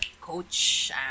coach